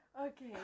Okay